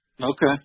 Okay